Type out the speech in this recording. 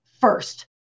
first